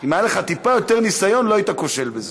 אם היה לך טיפה יותר ניסיון, לא היית כושל בזה.